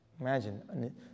Imagine